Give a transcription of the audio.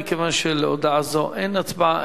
מכיוון שעל הודעה זו אין הצבעה,